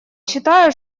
считаю